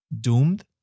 doomed